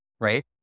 right